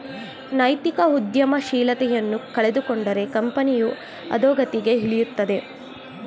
ನೈತಿಕ ಉದ್ಯಮಶೀಲತೆಯನ್ನು ಕಳೆದುಕೊಂಡರೆ ಕಂಪನಿಯು ಅದೋಗತಿಗೆ ಇಳಿಯುತ್ತದೆ